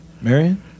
Marion